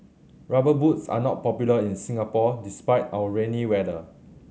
Rubber Boots are not popular in Singapore despite our rainy weather